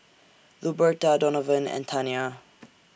Luberta Donavan and Tania